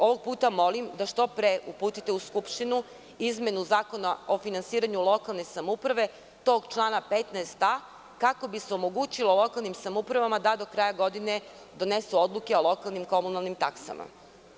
Ovog puta vas molim da što pre uputite u Skupštinu izmenu zakona o finansiranju lokalne samouprave i tog člana 15a, kako bi se omogućilo lokalnim samoupravama da do kraja godine donesu odluke o lokalnim komunalnim taksama.